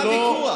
לא כך נוהגים.